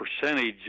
percentage